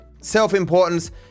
self-importance